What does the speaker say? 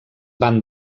van